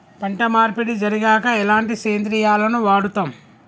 పంట మార్పిడి జరిగాక ఎలాంటి సేంద్రియాలను వాడుతం?